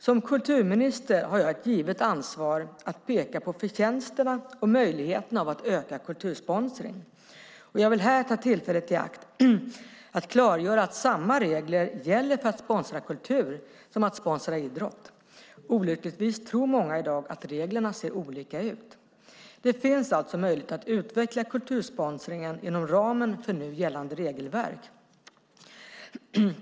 Som kulturminister har jag ett givet ansvar för att peka på förtjänsterna av och möjligheterna att öka kultursponsring. Jag vill här ta tillfället i akt att klargöra att samma regler gäller för att sponsra kultur som för att sponsra idrott. Olyckligtvis tror många i dag att reglerna ser olika ut. Det finns alltså möjligheter att utveckla kultursponsringen inom ramen för nu gällande regelverk.